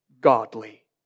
godly